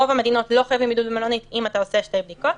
רוב המדינות לא חייבים בידוד במלונית אם אתה עושה שתי בדיקות,